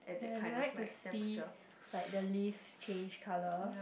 and I'd like to see the like the leaves change colour